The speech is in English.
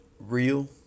real